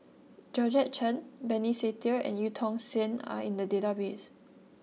Georgette Chen Benny Se Teo and Eu Tong Sen are in the database